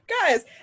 guys